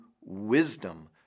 wisdom